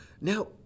Now